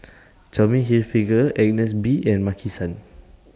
Tommy Hilfiger Agnes B and Maki San